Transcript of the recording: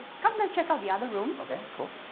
come let's check out the other rooms okay cool